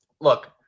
look